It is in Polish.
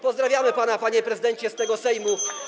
Pozdrawiamy pana, panie prezydencie, z Sejmu.